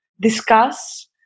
discuss